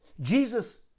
Jesus